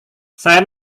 saya